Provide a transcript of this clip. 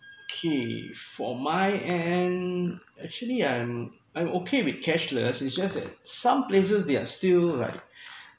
okay for my end actually and I'm okay with cashless it's just that some places they are still like